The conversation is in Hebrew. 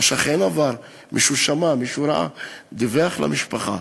השכן עבר, מישהו שמע, מישהו ראה, דיווח למשפחה.